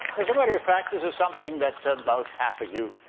as a matter of fact, this is something that about half you,